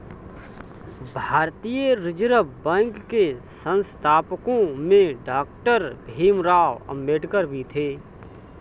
भारतीय reserve bank के संस्थापकों में डॉक्टर भीमराव अंबेडकर भी थे